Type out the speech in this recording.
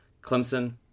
Clemson